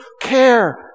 care